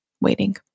waiting